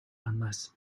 unless